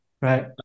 right